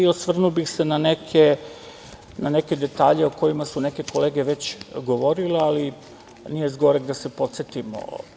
Osvrnuo bih se na neke detalje o kojima su neke kolege već govorile, ali nije s goreg da se podsetimo.